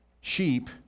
sheep